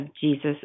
Jesus